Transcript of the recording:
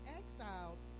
exiled